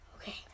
Okay